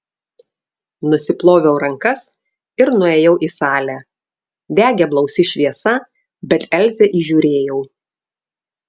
nusiploviau rankas ir nuėjau į salę degė blausi šviesa bet elzę įžiūrėjau